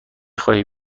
خواهی